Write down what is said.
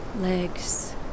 legs